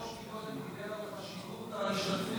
היושב-ראש קודם דיבר על חשיבות ההשתתפות